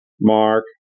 Mark